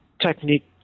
technique